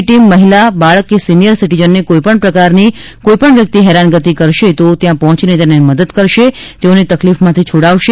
આ she team મહિલા બાળક કે સિનિયર સિટીઝનને કોઈપણ પ્રકારની કોઈ વ્યક્તિ હેરાન ગતિ કરતી હશે તો ત્યાં પહોંચીને તેમને મદદ કરશે અને તેઓને તકલીફમાંથી છોડાવશે